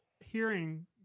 hearing